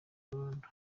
burundu